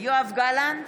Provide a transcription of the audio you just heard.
יואב גלנט,